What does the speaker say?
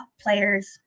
players